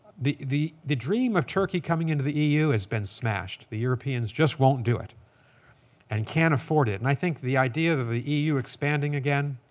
the the dream of turkey coming into the eu has been smashed. the europeans just won't do it and can't afford it. and i think the idea of of the eu expanding again,